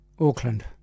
Auckland